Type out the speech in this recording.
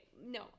no